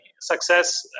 success